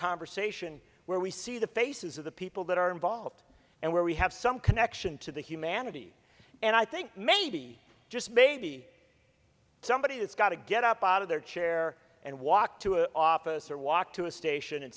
conversation where we see the faces of the people that are involved and where we have some connection to the humanity and i think maybe maybe just somebody has got to get up out of their chair and walk to an office or walk to a station and